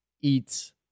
eats